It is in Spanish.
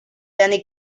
danny